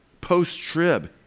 post-trib